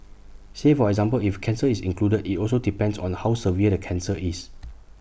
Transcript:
say for example if cancer is included IT also depends on how severe the cancer is